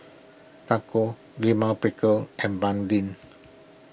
Tacos Lima Pickle and Banh Lin